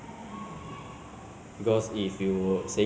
sit behind you know my comfort zone you know